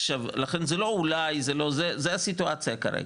לכן זה לא אולי, זו הסיטואציה כרגע.